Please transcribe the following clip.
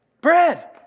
bread